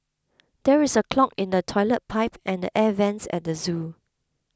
there is a clog in the Toilet Pipe and the Air Vents at the zoo